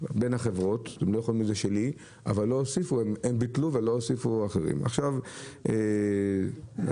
לכן הם ביטלו ולא הוסיפו אנטנות אחרות.